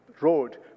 road